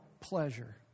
pleasure